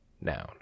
noun